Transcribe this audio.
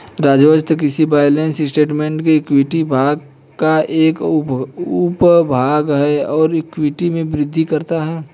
राजस्व किसी balance statement में इक्विटी भाग का एक उपभाग है और इक्विटी में वृद्धि करता है